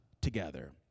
together